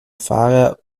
fahrer